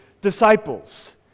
disciples